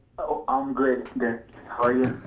um great, gary. how are you?